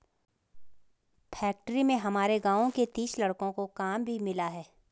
factory में हमारे गांव के तीस लड़कों को काम भी मिला है